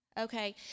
Okay